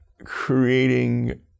creating